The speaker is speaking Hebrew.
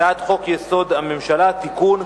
הצעת חוק-יסוד: הממשלה (תיקון,